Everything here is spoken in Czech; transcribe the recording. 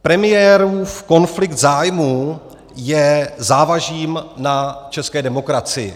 Premiérův konflikt zájmů je závažím na české demokracii.